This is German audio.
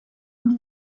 und